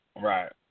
Right